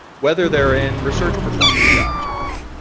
whether they're in research performing jobs or not.